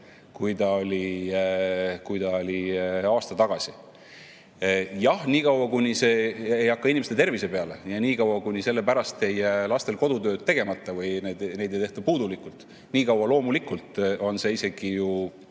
kui see oli aasta tagasi. Jah, niikaua, kuni see ei hakka inimeste tervise peale, ja niikaua, kuni selle pärast ei jää lastel kodutööd tegemata või neid ei tehta puudulikult, niikaua loomulikult on see ju